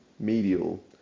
medial